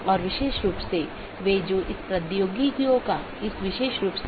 autonomous system संगठन द्वारा नियंत्रित एक इंटरनेटवर्क होता है